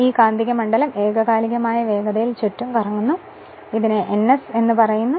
ഈ കാന്തിക മണ്ഡലം ഏകകാലികമായ വേഗതയിൽ ചുറ്റും കറങ്ങുന്നു ഇതിന ns എന്നു പറയുന്നു